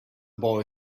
boy